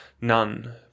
none